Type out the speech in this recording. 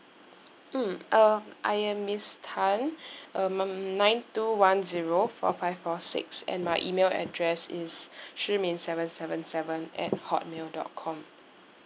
mm uh I am miss tan um um nine two one zero four five four six and my email address is shi min seven seven seven at hotmail dot com